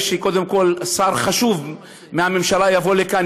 שקודם כול שר חשוב מהממשלה יבוא לכאן,